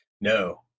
No